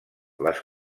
les